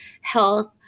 health